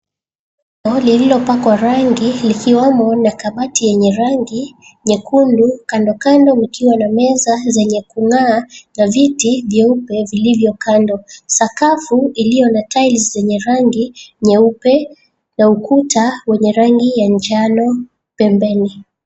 Holi lililopakwa rangi likiwemo la kabati yenye rangi nyekundu kando kando ikiwa na meza zenye kungaa na viti vyeupe vilivyo kando. Sakafu ilio na tiles zenye rangi nyeupe na ukuta wenye rangi ya njano pembeni.